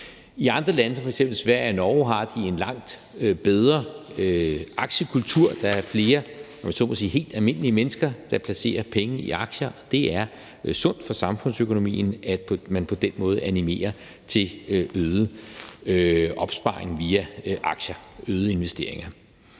I andre lande, f.eks. i Sverige og Norge, har de en langt bedre aktiekultur. Der er flere, om man så må sige, helt almindelige mennesker, der placerer penge i aktier, og det er sundt for samfundsøkonomien, at man på den måde animerer til øget opsparing og øgede investeringer